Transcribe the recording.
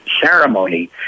ceremony